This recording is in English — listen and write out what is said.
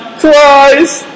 twice